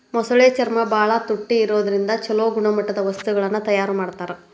ಮೊಸಳೆ ಚರ್ಮ ಬಾಳ ತುಟ್ಟಿ ಇರೋದ್ರಿಂದ ಚೊಲೋ ಗುಣಮಟ್ಟದ ವಸ್ತುಗಳನ್ನ ತಯಾರ್ ಮಾಡ್ತಾರ